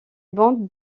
bandes